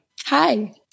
Hi